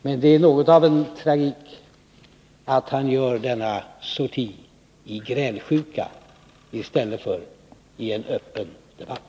Men det är något av en tragik att han gör denna sorti i grälsjuka i stället för i en öppen debatt.